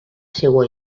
seua